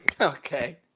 okay